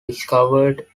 discovered